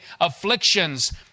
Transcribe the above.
afflictions